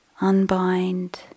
unbind